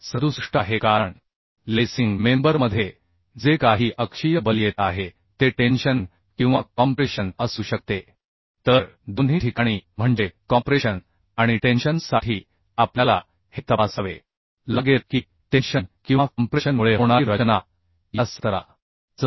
67 आहे कारण लेसिंग मेंबरमध्ये जे काही अक्षीय बल येत आहे ते टेन्शन किंवा कॉम्प्रेशन असू शकते तर दोन्ही ठिकाणी म्हणजे कॉम्प्रेशन आणि टेन्शन साठी आपल्याला हे तपासावे लागेल की टेन्शन किंवा कॉम्प्रेशन मुळे होणारी रचना या 17